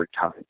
time